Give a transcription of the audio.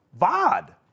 Vod